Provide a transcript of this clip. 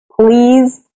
please